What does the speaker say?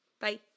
Bye